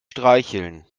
streicheln